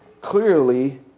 clearly